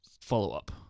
follow-up